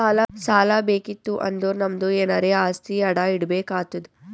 ಸಾಲಾ ಬೇಕಿತ್ತು ಅಂದುರ್ ನಮ್ದು ಎನಾರೇ ಆಸ್ತಿ ಅಡಾ ಇಡ್ಬೇಕ್ ಆತ್ತುದ್